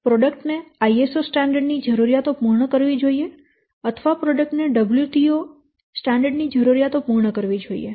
product ને ISO standard ની જરૂરીયાતો પૂર્ણ કરવી જોઈએ અથવા પ્રોડક્ટ ને WTO સ્ટાન્ડર્ડ ની જરૂરીયાતો પૂર્ણ કરવી જોઈએ